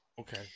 Okay